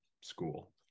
school